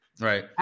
Right